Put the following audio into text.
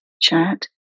chat